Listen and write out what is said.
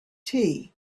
tea